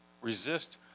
resist